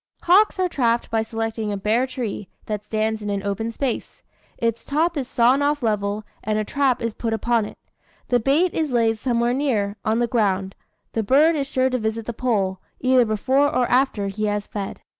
hawks are trapped by selecting a bare tree, that stands in an open space its top is sawn off level, and a trap is put upon it the bait is laid somewhere near, on the ground the bird is sure to visit the pole, either before or after he has fed.